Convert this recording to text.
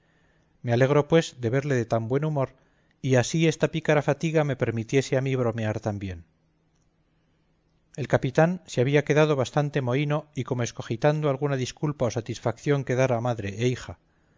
me alegro pues de verle de tan buen humor y así esta pícara fatiga me permitiese a mi bromear también el capitán se había quedado bastante mohino y como excogitando alguna disculpa o satisfacción que dar a madre e hija